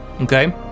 Okay